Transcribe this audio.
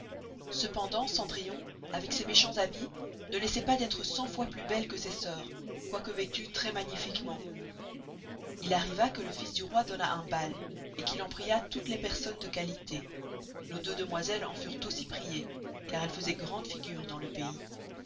cependant cendrillon avec ses méchans habits ne laissoit pas d'estre cent fois plus belle que ses sœurs quoyque vestuës très magnifiquement il arriva que le fils du roi donna un bal et qu'il en pria toutes les personnes de qualité nos deux damoiselles en furent aussi priées car elles faisoient grande figure dans le pays